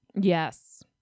Yes